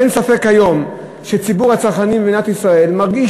אין ספק היום שציבור הצרכנים במדינת ישראל מרגיש